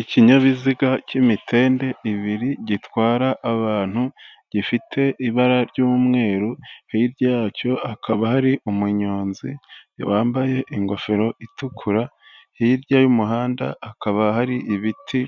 Ikinyabiziga cy'imitende ibiri, gitwara abantu, gifite ibara ry'umweru, hirya yacyo hakaba hari umunyonzi wambaye ingofero itukura, hirya y'umuhanda akaba hari ibiti